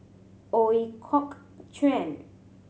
Ooi Kok Chuen